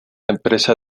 empresa